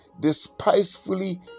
despisefully